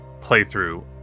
playthrough